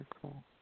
cool